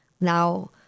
now